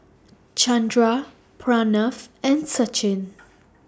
Chandra Pranav and Sachin